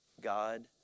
God